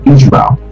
Israel